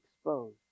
exposed